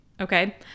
Okay